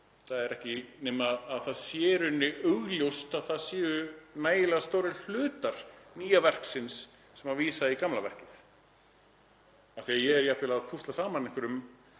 Það er ekki nema að það sé í rauninni augljóst að það séu nægilega stórir hlutar nýja verksins sem vísa í gamla verkið, af því að ég er jafnvel að púsla saman einhverjum